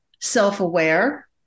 self-aware